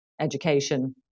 education